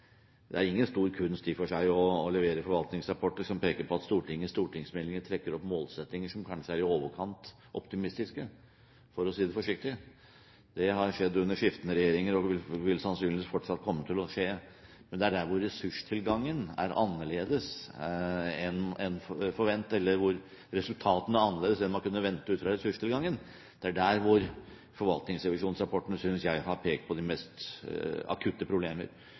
Det er ingen stor kunst i og for seg å levere forvaltningsrapporter som peker på at stortingsmeldinger trekker opp målsettinger som kanskje er i overkant optimistiske, for å si det forsiktig. Det har skjedd under skiftende regjeringer og vil sannsynligvis fortsatt komme til å skje. Men det er der hvor resultatene er annerledes enn man kunne forvente ut fra ressurstilgangen, at forvaltningsrevisjonsrapportene har pekt på, synes jeg, de mest akutte problemer. Representanten Kolberg nevnte selv rapporten om Nav. Den var jo meget interessant. Jeg vil også peke på